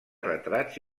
retrats